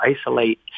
isolate